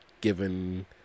Given